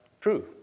true